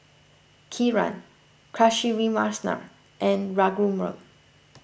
Kiran Kasiviswanathan and Raghuram